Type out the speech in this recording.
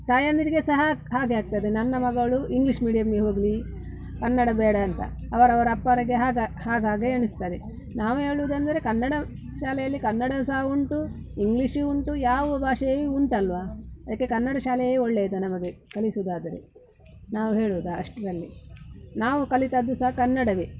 ತಾಯಂದಿರಿಗೆ ಸಹ ಹಾಗೆ ಆಗ್ತದೆ ನನ್ನ ಮಗಳು ಇಂಗ್ಲೀಷ್ ಮೀಡಿಯಮ್ಮಿಗೆ ಹೋಗಲಿ ಕನ್ನಡ ಬೇಡ ಅಂತ ಅವರವರ ಅಪ್ಪರಿಗು ಹಾಗೆ ಹಾಗೆ ಹಾಗೆ ಎಣಿಸ್ತದೆ ನಾವು ಹೇಳುವುದಂದರೆ ಕನ್ನಡ ಶಾಲೆಯಲ್ಲಿ ಕನ್ನಡ ಸಹ ಉಂಟು ಇಂಗ್ಲೀಷು ಉಂಟು ಯಾವ ಭಾಷೆಯು ಉಂಟಲ್ಲವಾ ಅದಕ್ಕೆ ಕನ್ನಡ ಶಾಲೆಯೆ ಒಳ್ಳೆದು ನಮಗೆ ಕಲಿಸೋದಾದರೆ ನಾವು ಹೇಳೋದು ಅಷ್ಟರಲ್ಲಿ ನಾವು ಕಲಿತದ್ದು ಸಹ ಕನ್ನಡವೆ